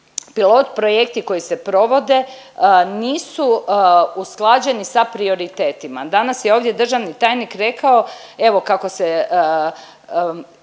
pilot projekti koji se provode nisu usklađeni sa prioritetima. Danas je ovdje državni tajnik rekao evo kako se